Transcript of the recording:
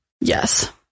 Yes